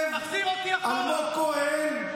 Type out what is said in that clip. פעם אחת שהאו"ם מחליט,